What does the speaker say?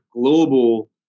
global